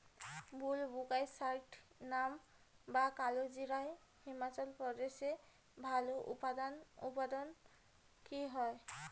বুলবোকাস্ট্যানাম বা কালোজিরা হিমাচল প্রদেশে ভালো উৎপাদন হয়